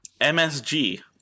MSG